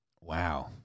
Wow